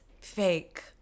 fake